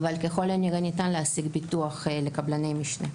אבל ככל הנראה ניתן להשיג ביטוח לקבלני משנה.